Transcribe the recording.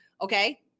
Okay